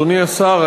אדוני השר,